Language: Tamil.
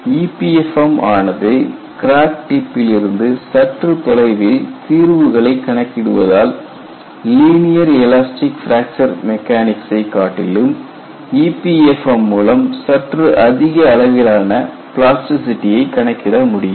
EPFM ஆனது கிராக் டிப்பில் இருந்து சற்று தொலைவில் தீர்வுகளை கணக்கிடுவதால் லீனியர் எலாஸ்டிக் பிராக்சர் மெக்கானிக்சை காட்டிலும் EPFM மூலம் சற்று அதிக அளவிலான பிளாஸ்டிசிட்டியை கணக்கிட முடியும்